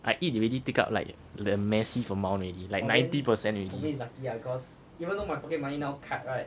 I eat already take up like the massive amount already like ninety percent already